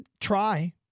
try